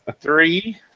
Three